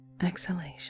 exhalation